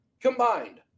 combined